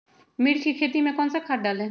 मिर्च की खेती में कौन सा खाद डालें?